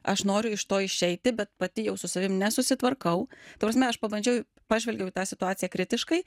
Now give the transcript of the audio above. aš noriu iš to išeiti bet pati jau su savim nesusitvarkau ta prasme aš pabandžiau pažvelgiau į tą situaciją kritiškai